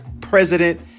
president